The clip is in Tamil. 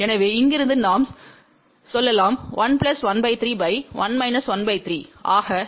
எனவே இங்கிருந்து நாம் சொல்லலாம் 1 13 1−13